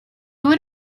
would